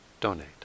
donate